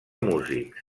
músics